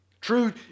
True